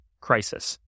crisis